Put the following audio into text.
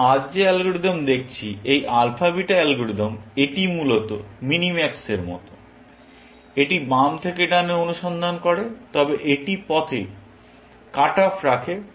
আমরা আজ যে অ্যালগরিদম দেখছি এই আলফা বিটা অ্যালগরিদম এটি মূলত মিনিম্যাক্সের মতো এটি বাম থেকে ডানে অনুসন্ধান করে তবে এটি পথে কাট অফ রাখে